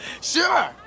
sure